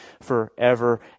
forever